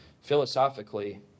Philosophically